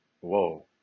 whoa